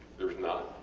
theres not?